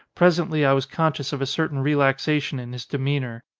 pres ently i was conscious of a certain relaxation in his demeanour.